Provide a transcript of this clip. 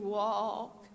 walk